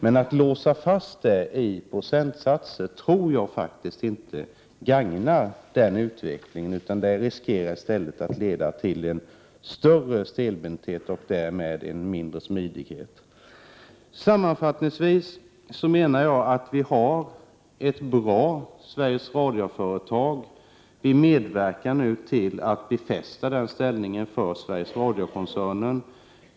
Men att låsa fast det i procentsatser gagnar faktiskt inte den utvecklingen. Det är risk att det i stället leder till större stelbenthet och därmed mindre smidighet. Sammanfattningsvis menar jag att Sveriges Radio är ett bra företag. Vi medverkar nu till att befästa den ställningen för Sveriges Radio-koncernen.